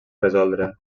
resoldre